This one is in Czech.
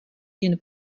jen